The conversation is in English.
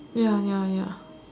ya ya ya